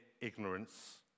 ignorance